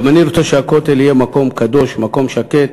גם אני רוצה שהכותל יהיה מקום קדוש, מקום שקט.